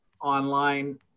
online